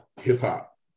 hip-hop